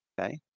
Okay